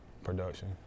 Production